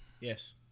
Yes